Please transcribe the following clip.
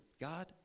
God